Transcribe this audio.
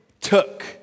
took